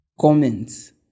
comments